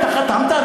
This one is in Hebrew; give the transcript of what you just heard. אתה חתמת?